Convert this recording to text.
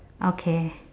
okay